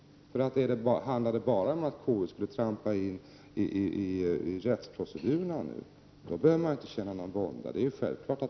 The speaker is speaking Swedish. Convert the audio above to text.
Om det bara handlar om att KU skulle trampa in i rättsproceduren behöver man ju inte känna någon vånda. Det är självklart.